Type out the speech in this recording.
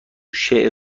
شعر